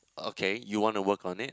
okay you want to work on it